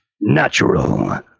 natural